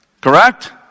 Correct